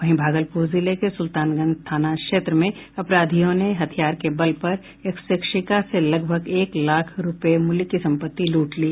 वहीं भागलपुर जिले के सुल्तानगंज थाना क्षेत्र में अपराधियों ने हथियार के बल पर एक शिक्षिका से लगभग एक लाख रुपये मूल्य की संपत्ति लूट ली